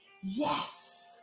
yes